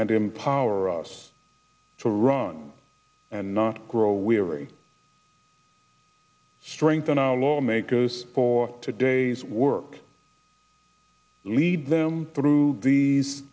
and empower us to run and not grow weary strengthen our lawmakers for today's work lead them through these